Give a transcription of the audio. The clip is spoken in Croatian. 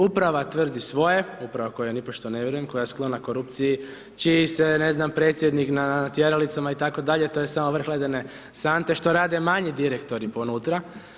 Uprava tvrdi svoje, uprava kojoj nipošto ne vjerujem, koja je sklona korupciji, čiji se, ne znam, predsjednik na tjeralicama itd., to je samo vrh ledene sante što rade manji direktori ponutra.